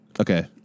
Okay